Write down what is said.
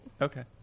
Okay